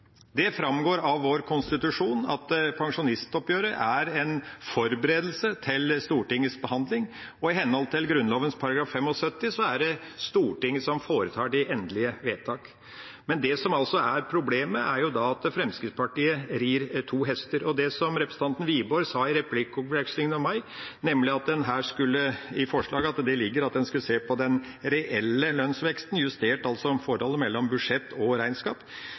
som framgår av oppgjøret. Det framgår av vår konstitusjon at pensjonsoppgjøret er en forberedelse til Stortingets behandling, og i henhold til Grunnloven § 75 er det Stortinget som foretar de endelige vedtak. Men det som er problemet, er at Fremskrittspartiet rir to hester. Representanten Wiborg sa i replikkordvekslingen med meg at det ligger i forslaget at en skulle se på den reelle lønnsveksten, altså justert i forholdet mellom budsjett og regnskap.